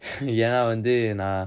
ஏன்னா வந்து நா:eanna vanthu na